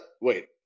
wait